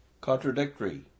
Contradictory